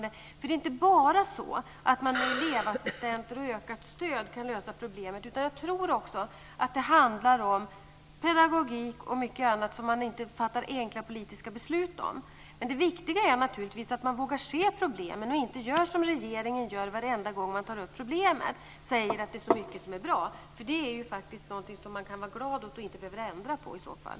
Det är ju inte bara så att man med elevassistenter och ökat stöd kan lösa problemet. Jag tror också att det handlar om pedagogik och mycket annat som man inte fattar enkla politiska beslut om. Det viktiga är naturligtvis att vi vågar se problemen och inte gör som regeringen. Varenda gång man tar upp problemet säger regeringen att det är så mycket som är bra. Det är ju faktiskt någonting som vi kan vara glada åt och inte behöver ändra på i så fall.